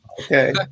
Okay